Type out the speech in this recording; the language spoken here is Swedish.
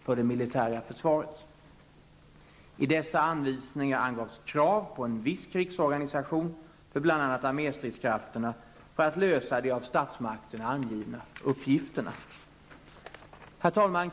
för det militära försvaret. I dessa anvisningar angavs krav på en viss krigsorganisation för bl.a. arméstridskrafterna för att lösa de av statsmakterna angivna uppgifterna. Herr talman!